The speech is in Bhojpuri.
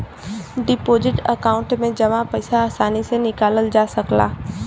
डिपोजिट अकांउट में जमा पइसा आसानी से निकालल जा सकला